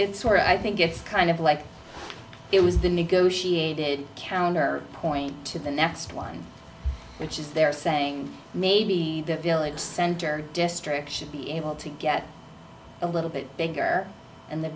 where i think it's kind of like it was the negotiated counter point to the next one which is they're saying maybe the village center district should be able to get a little bit bigger and the